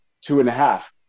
two-and-a-half